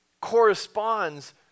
corresponds